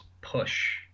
push